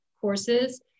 courses